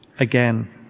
again